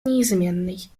неизменной